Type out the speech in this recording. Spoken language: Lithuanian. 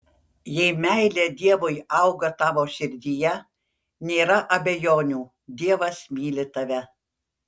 jei meilė dievui auga tavo širdyje nėra abejonių dievas myli tave